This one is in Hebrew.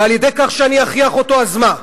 ועל-ידי כך שאני אכריח אותו, אז מה?